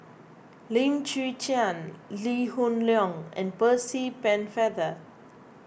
Lim Chwee Chian Lee Hoon Leong and Percy Pennefather